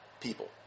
people